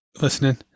listening